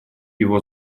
его